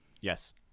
yes